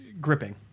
gripping